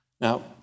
Now